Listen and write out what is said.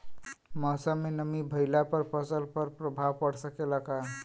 मौसम में नमी भइला पर फसल पर प्रभाव पड़ सकेला का?